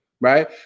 right